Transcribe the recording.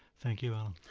thank you,